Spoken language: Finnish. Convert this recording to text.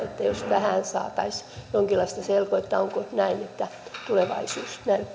että jos tähän saataisiin jonkinlaista selkoa että onko näin että tulevaisuus